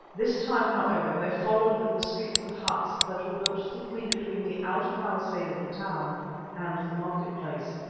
this time, however, they followed the streets of huts that were built thickly between the outer palisade of the town and the market-place,